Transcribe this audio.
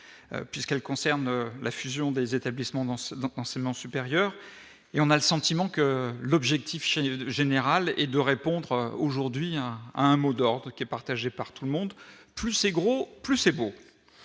puisqu'elle concerne la fusion des établissements dense donc, enseignement supérieur et on a le sentiment que l'objectif chez générale et de répondre aujourd'hui un mot d'ordre qui est partagée par tout le monde, plus c'est gros, plus c'est beau